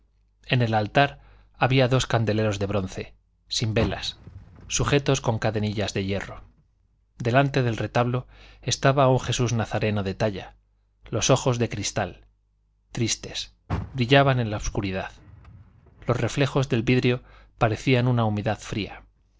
en el altar había dos candeleros de bronce sin velas sujetos con cadenillas de hierro delante del retablo estaba un jesús nazareno de talla los ojos de cristal tristes brillaban en la obscuridad los reflejos del vidrio parecían una humedad fría